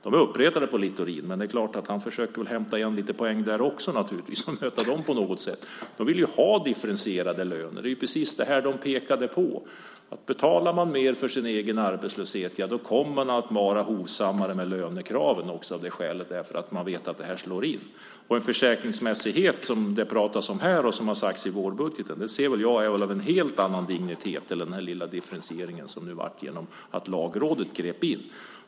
De är uppretade på Littorin, men han kanske försöker hämta hem några poäng där också och möta dem på något sätt. De vill ju ha differentierade löner. Det är precis detta de pekade på! Betalar man mer för sin egen arbetslöshet kommer man att vara hovsammare med lönekraven för att man vet att detta slår in. En försäkringsmässighet som det pratas om här och som har nämnts i vårbudgeten ser jag är av en helt annan dignitet än denna lilla differentiering som nu blev till genom att Lagrådet grep in.